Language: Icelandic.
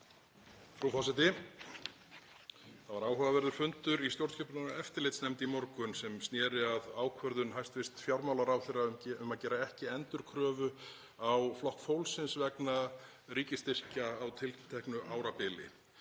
Frú forseti. Það var áhugaverður fundur í stjórnskipunar- og eftirlitsnefnd í morgun sem sneri að ákvörðun hæstv. fjármálaráðherra um að gera ekki endurkröfu á Flokk fólksins vegna ríkisstyrkja á tilteknu árabili.